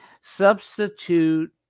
substitute